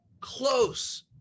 close